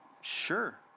sure